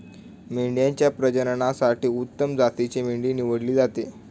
मेंढ्यांच्या प्रजननासाठी उत्तम जातीची मेंढी निवडली जाते